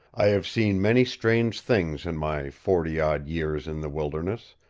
i have seen many strange things in my forty-odd years in the wilderness,